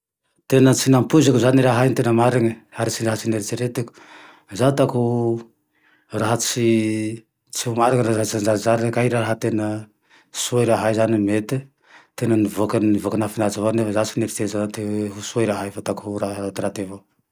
Tena tsy nampoiziko zane raha e tena marina, ary raha tsy nieritreretiko, zaho ataoko raha tsy tsy ho amarine na tsy hajarizary kay raha tena soa raha iny zane, mete tena nivoaky, nivoaky nahafinaritsy avao nefa zaho tsy nieritseritsy raha te hoe ho soa raha iny fa hataoko ho raha ratiraty avao